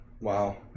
Wow